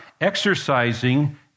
exercising